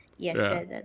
Yes